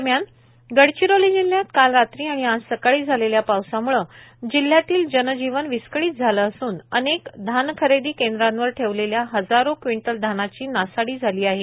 दरम्यान गडचिरोली जिल्हयात काल रात्री आणि आज सकाळी आलेल्या पावसाम्ळं जिल्हयातील जनजीवन विस्कळीत झालं असून अनेक धान खरेदी केंद्रांवर ठेवलेल्या हजारो क्वींटल धानाची नासाडी झाली आहे